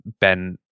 Ben